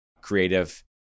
creative